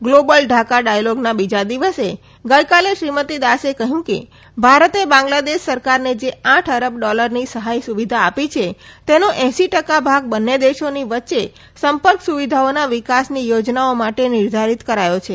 global Dhaka ડાયલોગના બીજા દિવસે ગઇકાલે શ્રીમતી દાસે કહ્યું કે ભારતે ભાંગ્લાદેશ સરકારને જે આઠ અરબ ડોલરની સહાય સુવિધા આપી છે તેનો એંસી ટકા ભાગ બંને દેશોની વચ્ચે સંપર્ક સુવિધાઓના વિકાસની યોજનાઓ માટે નિર્ધારિત કરાયો છે